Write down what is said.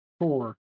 four